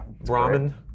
Brahmin